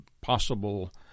possible